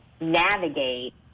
navigate